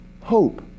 hope